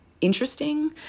interesting